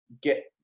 get